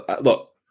Look